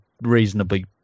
reasonably